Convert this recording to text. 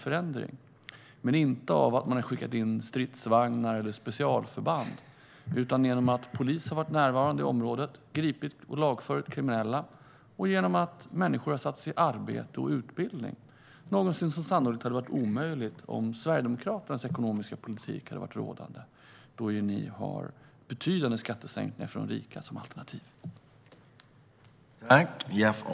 Förändringen har dock inte skett på grund av att man har skickat in stridsvagnar eller specialförband utan på grund av att polis har varit närvarande i området. Kriminella har gripits och lagförts. Människor har också satts i arbete och utbildning - någonting som sannolikt hade varit omöjligt om Sverigedemokraternas ekonomiska politik varit rådande. Ni har ju betydande skattesänkningar för de rika som alternativ, Jeff Ahl.